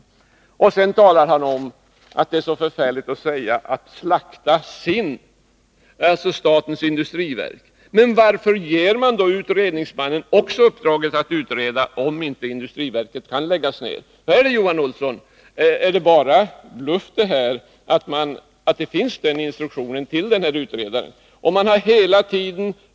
Johan Olsson säger att det är förfärligt att tala om att slakta SIND, statens industriverk. Men varför ger ni då utredningsmannen i uppdrag också att utreda om inte industriverket kan läggas ned? Är det bara en bluff att den instruktionen till utredaren finns?